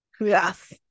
yes